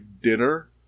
dinner